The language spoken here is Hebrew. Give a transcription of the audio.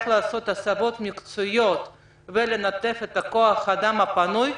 להסבה מקצועית ולנתב את כוח האדם הפנוי,